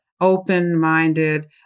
Open-minded